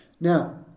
now